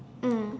mm